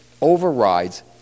overrides